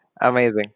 Amazing